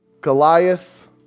Goliath